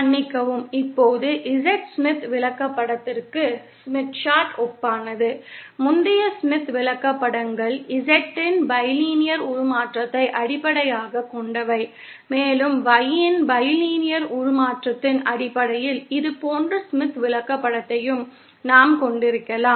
மன்னிக்கவும் இப்போது Z Smith விளக்கப்படத்திற்கு ஒப்பானது முந்தைய ஸ்மித் விளக்கப்படங்கள் Z இன் பைலினியர் உருமாற்றத்தை அடிப்படையாகக் கொண்டவை மேலும் Y யின் பைலினியர் உருமாற்றத்தின் அடிப்படையில் இதேபோன்ற ஸ்மித் விளக்கப்படத்தையும் நாம் கொண்டிருக்கலாம்